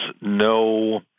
no